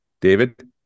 David